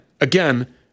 again